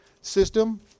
system